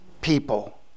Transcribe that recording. people